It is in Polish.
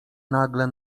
nagle